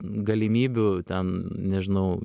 galimybių ten nežinau